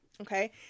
Okay